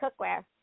cookware